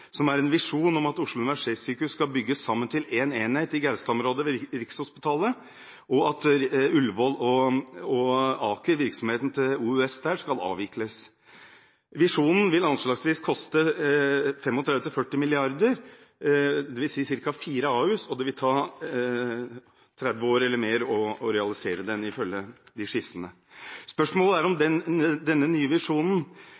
som er en visjon om at Oslo universitetssykehus skal bygges sammen til én enhet i Gaustad-området ved Rikshospitalet, og at virksomheten til OUS ved Ullevål sykehus og Aker skal avvikles. Visjonen vil anslagsvis koste 35–40 mrd. kr, det vil si ca. fire Ahus, og det vil ta 30 år eller mer å realisere den, ifølge skissene. Spørsmålet er om